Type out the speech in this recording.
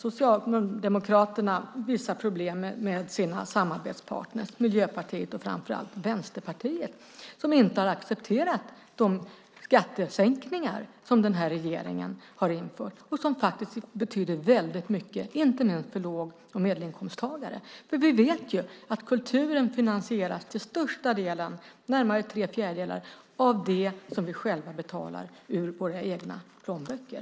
Socialdemokraterna har vissa problem med sina samarbetspartner, Miljöpartiet och framför allt Vänsterpartiet, som inte har accepterat de skattesänkningar som den här regeringen har infört och som betyder väldigt mycket, inte minst för låg och medelinkomsttagare. Vi vet att kulturen till största delen, närmare tre fjärdedelar, finansieras av det som vi själva betalar ur våra egna plånböcker.